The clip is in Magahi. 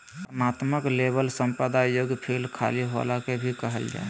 वर्णनात्मक लेबल संपादन योग्य फ़ील्ड खाली होला के भी कहल जा हइ